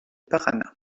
paraná